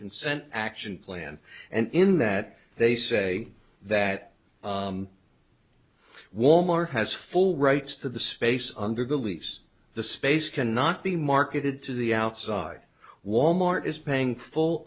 consent action plan and in that they say that wal mart has full rights to the space under the leafs the space cannot be marketed to the outside wal mart is paying full